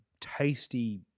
tasty